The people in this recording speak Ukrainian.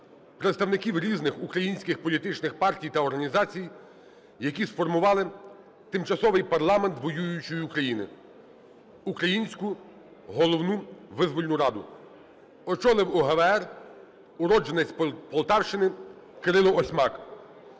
представників різних українських політичних партій та організацій, які сформували тимчасовий парламент воюючої України, – Українську Головну Визвольну Раду. Очолив УГВР уродженець Полтавщини Кирило Осьмак.